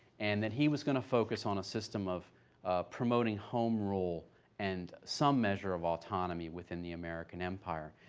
and that he was going to focus on a system of promoting home rule and some measure of autonomy within the american empire.